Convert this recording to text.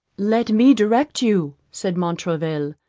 let me direct you, said montraville,